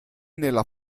nella